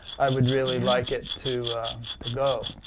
i would really like it to to go.